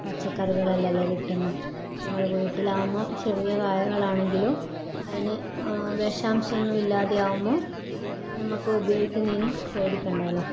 പച്ചക്കറികളല്ലല്ലേ കിട്ടുന്നത് നമ്മുടെ വീട്ടിലാകുമ്പം ചെറിയ കായകളാണെങ്കിലും അതിന് വിഷാംശം ഒന്നൂല്ലാതെയാകുമ്പം നമുക്ക് ഉപയോഗിക്കുന്നതിന് പേടിക്കണ്ടാല്ലോ